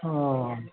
हाँ